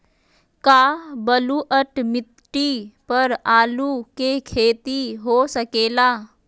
का बलूअट मिट्टी पर आलू के खेती हो सकेला?